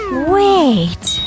wait,